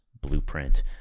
blueprint